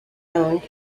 owned